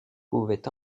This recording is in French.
pouvait